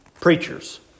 preachers